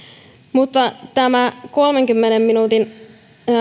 tämä kolmenkymmenen minuutin